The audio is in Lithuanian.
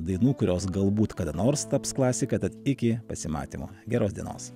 dainų kurios galbūt kada nors taps klasika tad iki pasimatymo geros dienos